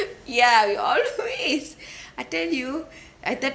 ya we always I tell you I